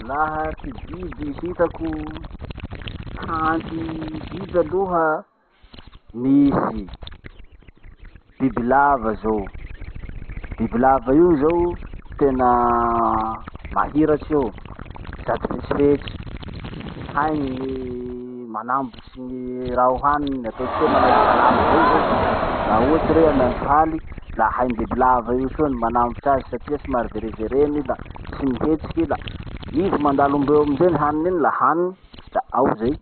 Laha ty biby hitako kanty biby aloha misy: bibilava zao. Bibilava io zao tena mahiratsy io sady fetsifetsy. Hainy ny manambotsy ny raha ho haniny. Ataotsika hoe manahaky valavo rey zao, laha ohatsy rey amy andro haly, la hain'ny bibilava io soa ny manambotsy azy satria somary verivereny la tsy mihetsiky i la izy mandalo hombeo amizay haniny iny la haniny da ao zay.